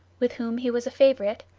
with whom he was a favorite,